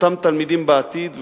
אותם תלמידים בעתיד,